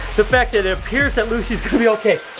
the fact that it appears that lucy's gonna be okay.